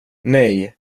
nej